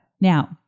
Now